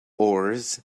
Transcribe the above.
ores